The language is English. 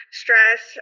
stress